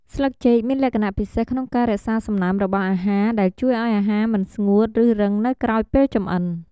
ស្លឹកចេកមានលក្ខណៈពិសេសក្នុងការរក្សាសំណើមរបស់អាហារ ដែលជួយឱ្យអាហារមិនស្ងួតឬរឹងនៅក្រោយពេលចម្អិន។